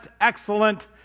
excellent